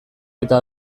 eta